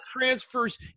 transfers